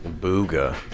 Booga